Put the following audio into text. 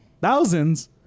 Thousands